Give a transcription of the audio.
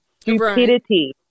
stupidity